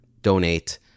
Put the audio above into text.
donate